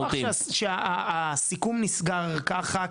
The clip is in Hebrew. אין וויכוח שהסיכום נסגר ככה,